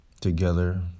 together